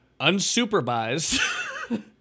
unsupervised